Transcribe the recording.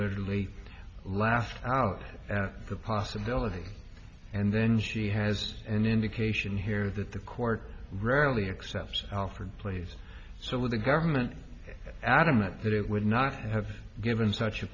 literally laughed out the possibility and then she has an indication here that the court rarely accept alford plays so with the government adamant that it would not have given